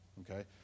okay